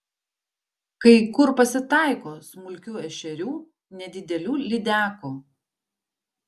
kai kur pasitaiko smulkių ešerių nedidelių lydekų